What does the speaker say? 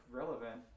relevant